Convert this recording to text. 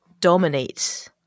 dominates